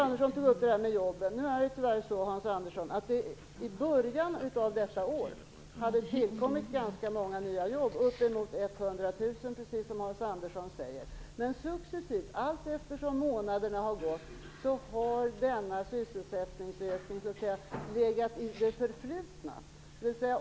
Nu är så, Hans Andersson, att det i början av detta år hade tillkommit ganska många nya jobb, uppemot 100 000, precis som Hans Andersson säger. Men successivt, allteftersom månaderna har gått, har denna sysselsättningsökning tyvärr så att säga legat i det förflutna.